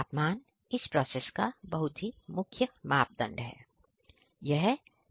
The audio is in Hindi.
तापमान इस प्रोसेस का एक बहुत ही मुख्य मापदंड है